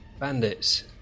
bandits